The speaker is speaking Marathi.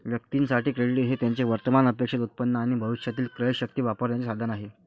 व्यक्तीं साठी, क्रेडिट हे त्यांचे वर्तमान अपेक्षित उत्पन्न आणि भविष्यातील क्रयशक्ती वापरण्याचे साधन आहे